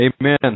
Amen